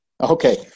Okay